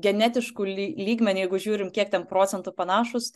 genetišku ly lygmeniu jeigu žiūrim kiek ten procentų panašūs